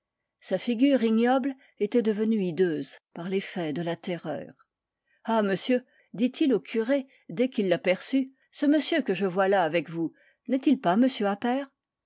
sa figure ignoble était devenue hideuse par l'effet de la terreur ah monsieur dit-il au curé dès qu'il l'aperçut ce monsieur que je vois là avec vous n'est-il pas